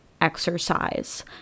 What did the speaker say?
exercise